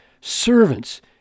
Servants